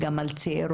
וגם על צעירות,